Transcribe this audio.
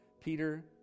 Peter